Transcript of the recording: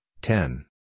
ten